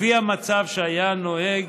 כפי המצב שהיה נוהג